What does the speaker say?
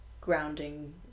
grounding